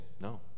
No